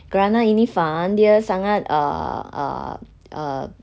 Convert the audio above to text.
kerana ini fund dia sangat uh uh err